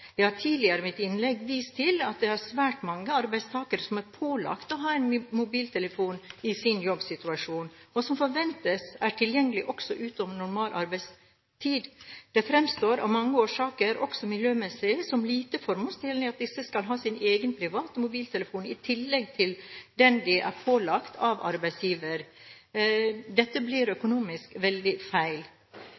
Jeg har tidligere i mitt innlegg vist til at det er svært mange arbeidstakere som er pålagt å ha mobiltelefon i sin jobbsituasjon, og som forventes å være tilgjengelig også utover normal arbeidstid. Det fremstår av mange årsaker – også miljømessige – som lite formålstjenlig at disse skal ha sin egen private mobiltelefon i tillegg til den de er pålagt av arbeidsgiver å ha. Dette blir